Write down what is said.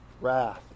wrath